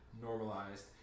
normalized